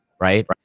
right